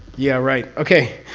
yeah right, okay.